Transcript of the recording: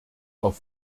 auf